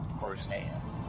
firsthand